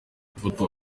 ifoto